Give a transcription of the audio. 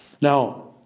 Now